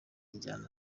njyana